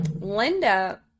Linda